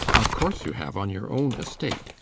of course you have on your own estate.